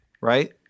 right